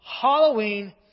Halloween